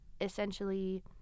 essentially